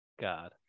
god